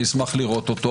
אני אשמח לראות אותו